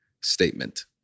statement